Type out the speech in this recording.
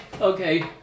okay